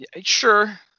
Sure